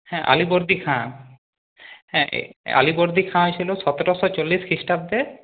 হ্যাঁ আলিবর্দি খাঁ হ্যাঁ এ আলিবর্দি খাঁ হয়েছিল সতেরোশো চল্লিশ খ্রিস্টাব্দে